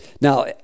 now